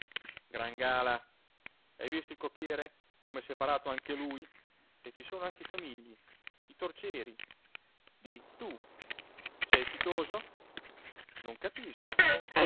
gran gala hai visto il cocchiere come s'è parato anche lui e ci sono anche i famigli i torcieri di tu sei sitoso non capisco